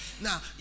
Now